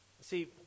See